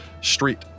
street